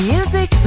Music